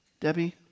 Debbie